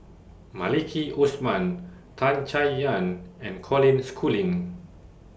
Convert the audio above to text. Maliki Osman Tan Chay Yan and Colin Schooling